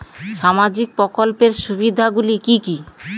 সামাজিক প্রকল্পের সুবিধাগুলি কি কি?